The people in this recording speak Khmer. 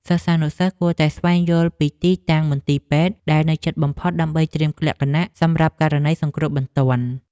សិស្សានុសិស្សគួរតែស្វែងយល់ពីទីតាំងមន្ទីរពេទ្យដែលនៅជិតបំផុតដើម្បីត្រៀមលក្ខណៈសម្រាប់ករណីសង្គ្រោះបន្ទាន់។